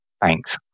Thanks